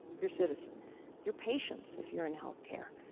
your citizens, your patients if you're in health care.